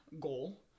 goal